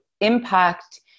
impact